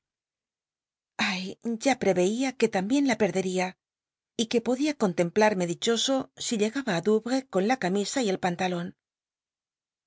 ya jll'cyeia que lambien la perdería y que podía contempla me dichoso si llegaba ti douvi'es con la c misa y el pantalon